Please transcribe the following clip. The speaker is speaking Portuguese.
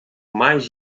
mais